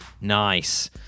Nice